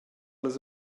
las